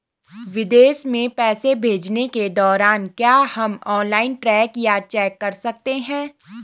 विदेश में पैसे भेजने के दौरान क्या हम ऑनलाइन ट्रैक या चेक कर सकते हैं?